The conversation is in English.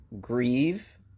Grieve